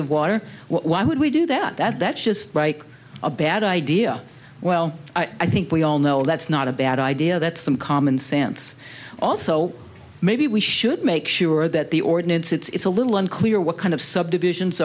of water why would we do that that's just like a bad idea well i think we all know that's not a bad idea that some common sense also maybe we should make sure that the ordinance it's a little unclear what kind of subdivisions